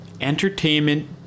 Entertainment